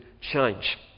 change